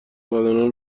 دادن